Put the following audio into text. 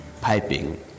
piping